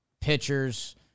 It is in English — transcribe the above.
pitchers